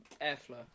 airflow